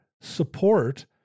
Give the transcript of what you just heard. support